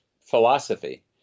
philosophy